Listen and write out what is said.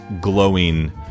glowing